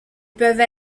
peuvent